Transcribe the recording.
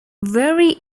very